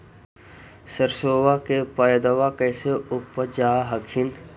सरसोबा के पायदबा कैसे उपजाब हखिन?